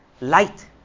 light